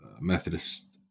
Methodist